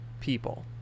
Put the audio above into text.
people